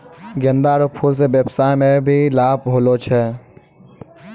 गेंदा रो फूल से व्यबसाय मे भी लाब होलो छै